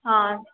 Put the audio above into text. ହଁ